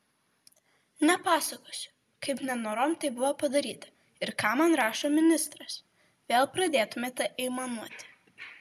nepasakosiu kaip nenorom tai buvo padaryta ir ką man rašo ministras vėl pradėtumėte aimanuoti